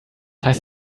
heißt